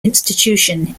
institution